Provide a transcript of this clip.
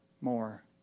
more